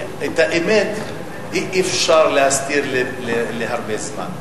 את האמת אי-אפשר להסתיר הרבה זמן.